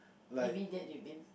immediate you mean